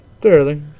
Clearly